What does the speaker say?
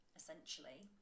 essentially